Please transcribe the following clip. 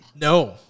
No